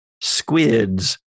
squids